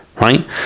right